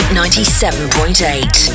97.8